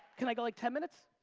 can i go like ten minutes?